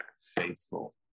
faithful